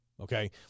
okay